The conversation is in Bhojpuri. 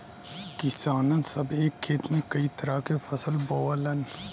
किसान सभ एक खेत में कई तरह के फसल बोवलन